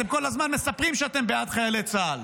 אתם כל הזמן מספרים שאתם בעד חיילי צה"ל.